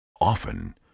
often